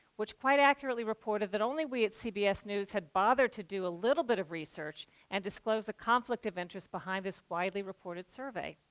which quite accurately reported that only we, at cbs news, had bothered to do a little bit of research and disclose the conflict of interest behind this widely reported survey.